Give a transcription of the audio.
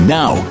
now